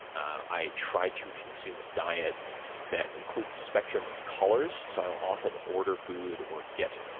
i try to consume a diet that includes a spectrum of colors. so i will often order food or get,